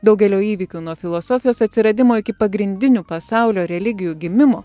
daugelio įvykių nuo filosofijos atsiradimo iki pagrindinių pasaulio religijų gimimo